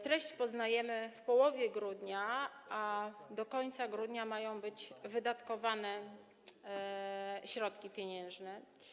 Treść poznajemy w połowie grudnia, a do końca grudnia mają być wydatkowane środki pieniężne.